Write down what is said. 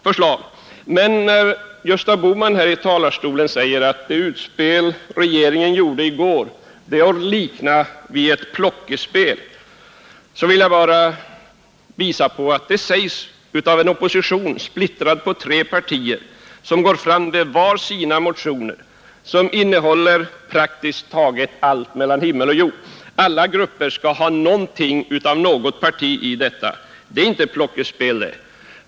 Gösta Bohman sade här i talarstolen att det utspel regeringen gjorde i går är att likna vid ett plockepinnspel. Jag vill då bara betona att detta sägs av en opposition splittrad på tre partier, som vart och ett går fram med sina motioner, vilka innehåller praktiskt taget allt mellan himmel och jord; alla grupper skall ha någonting av något parti i det här sammanhanget. Det är inte plockepinnspel det!